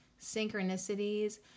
synchronicities